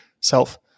self